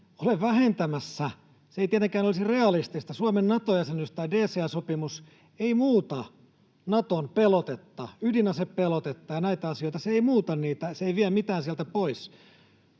ole vähentämässä sitä. Ei tietenkään olisi realistista, että Suomen Nato-jäsenyys tai DCA-sopimus muuttaisi Naton pelotetta, ydinasepelotetta ja näitä asioita. Se ei muuta niitä, se ei vie mitään sieltä pois.